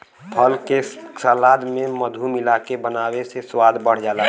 फल के सलाद में मधु मिलाके बनावे से स्वाद बढ़ जाला